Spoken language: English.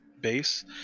base